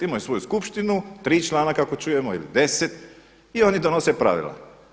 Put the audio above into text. Imaju svoju skupštinu, tri člana kako čujemo ili deset i oni donose pravila.